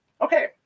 Okay